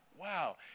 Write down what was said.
Wow